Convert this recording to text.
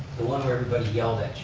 the one where everybody yelled at you?